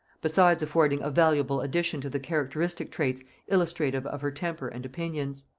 besides affording a valuable addition to the characteristic traits illustrative of her temper and opinions.